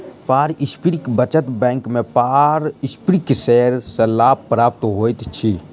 पारस्परिक बचत बैंक में पारस्परिक शेयर सॅ लाभ प्राप्त होइत अछि